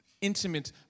intimate